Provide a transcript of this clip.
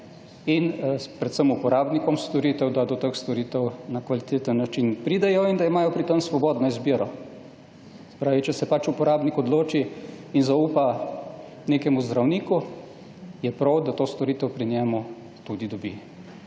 in predvsem uporabnikom storitev, da do teh storitev na kvaliteten način pridejo in da imajo pri tem svobodno izbiro. Se pravi, če se pač uporabnik odloči in zaupa nekemu zdravniku, je prav, da to storitev pri njemu tudi dobi.